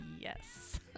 yes